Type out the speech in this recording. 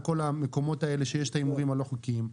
כל המקומות האלה שיש בהם הימורים לא חוקיים.